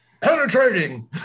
Penetrating